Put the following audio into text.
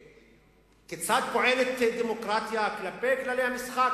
כיצד פועלת דמוקרטיה, כלפי כללי המשחק.